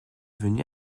venu